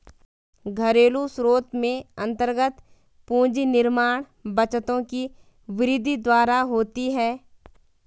घरेलू स्रोत में अन्तर्गत पूंजी निर्माण बचतों की वृद्धि द्वारा होती है